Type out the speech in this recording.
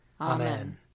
Amen